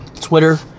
Twitter